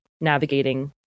navigating